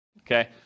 okay